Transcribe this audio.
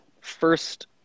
first